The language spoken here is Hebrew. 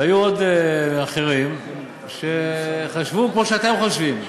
היו עוד אחרים שחשבו כמו שאתם חושבים: